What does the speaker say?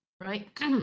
right